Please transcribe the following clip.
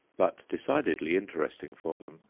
but decidedly interesting for them,